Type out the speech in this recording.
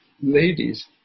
ladies